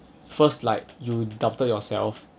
first like you doctor yourself